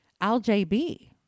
LJB